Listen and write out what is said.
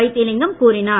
வைத்திலிங்கம் கூறினார்